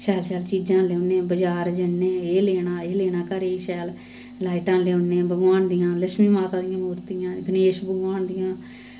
शैल शैल चीजां लेऔन्नें बजार जन्नें एह् लेना एह् लेना घरे गी शैल लाइटां लेऔन्नें भगवान दियां लक्ष्मी माता दियां मूर्तियां गणेश भगवान दियां